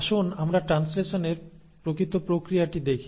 আসুন আমরা ট্রানশ্লেষণের প্রকৃত প্রক্রিয়াটি দেখি